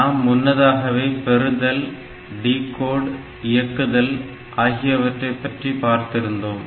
நாம் முன்னதாகவே பெறுதல் டிகோட் இயக்குதல் ஆகியவற்றைப் பற்றி பார்த்திருந்தோம்